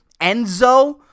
Enzo